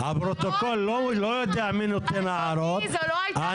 הפרוטוקול לא יודע מי מעיר הערות --- לא כל הערת צד זו מירה.